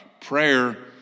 Prayer